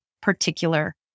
particular